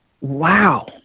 Wow